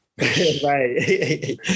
Right